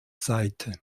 seite